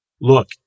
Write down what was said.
look